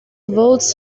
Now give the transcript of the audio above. votes